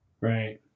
Right